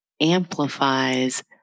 amplifies